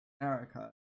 America